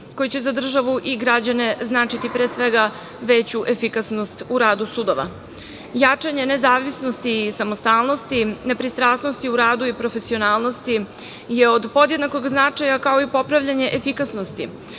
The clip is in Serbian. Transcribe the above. koji će za državu i građane značiti, pre svega, veću efikasnost u radu sudova. Jačanje nezavisnosti i samostalnosti, nepristrasnosti u radu i profesionalnosti je od podjednakog značaja, kao i popravljanje efikasnosti,